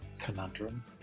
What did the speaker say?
conundrum